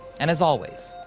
and as always,